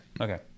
Okay